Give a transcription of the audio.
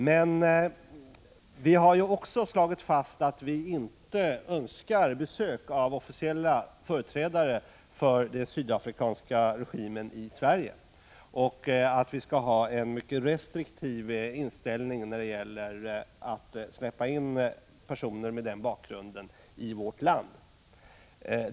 Men vi har ju också slagit fast att vi inte önskar besök i Sverige av officiella företrädare för den sydafrikanska regimen och att vi skall ha en mycket restriktiv inställning när det gäller att släppa in personer med den bakgrunden i vårt land.